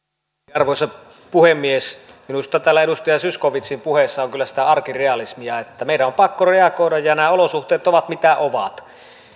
arvoisa puhemies minusta täällä edustaja zyskowiczin puheessa on kyllä sitä arkirealismia meidän on pakko reagoida ja nämä suhteet ovat mitä ovat